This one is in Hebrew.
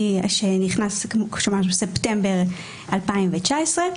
שנכנס כמו שאמרנו בספטמבר 2019,